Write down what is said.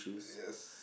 yes